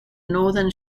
northern